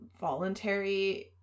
voluntary